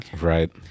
Right